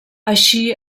així